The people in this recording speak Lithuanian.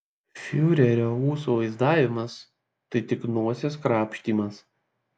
fiurerio ūsų vaizdavimas tai tik nosies krapštymas